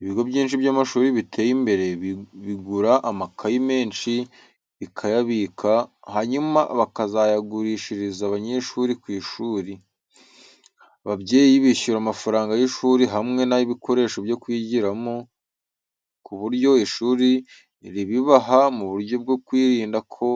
Ibigo byinshi by’amashuri biteye imbere bigura amakayi menshi bikayabika, hanyuma bikayagurishiriza abanyeshuri ku ishuri. Ababyeyi bishyura amafaranga y’ishuri hamwe n’ay’ibikoresho byo kwigiramo, ku buryo ishuri ribibaha mu buryo bwo kwirinda ko